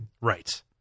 Right